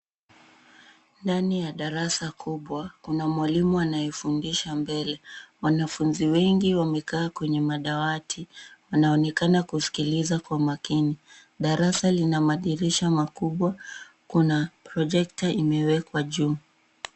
Ndani ya darasa kubwa, kuna mwalimu anayefundisha mbele. Wanafunzi wengi wamekaa kwenye madawati. Wanaonekana kuskiliza kwa umakini. Darasa lina madirisha makubwa. Kuna projector imewekwa juu.